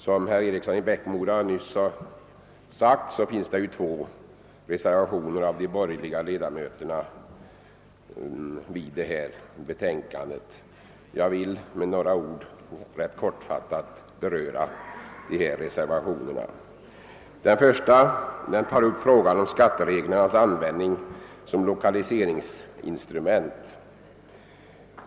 Som herr Eriksson i Bäckmora nyss framhöll finns två reservationer av de borgerliga ledamöterna fogade till betänkandet. Jag vill med några ord rätt kortfattat beröra dem. Den första reservationen tar upp frågan om skattereglernas användning som lokaliseringsinstrument.